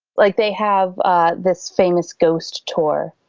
like they have ah this famous ghost tour.